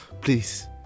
Please